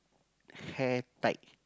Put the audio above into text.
hair tied